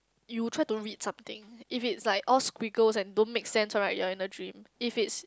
you try to read something if it's like all Swiggles and don't make sense one right you're in a dream if it's